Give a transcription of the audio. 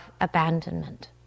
abandonment